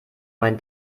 mein